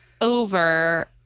over